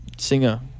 singer